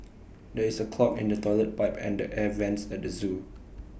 there is A clog in the Toilet Pipe and the air Vents at the Zoo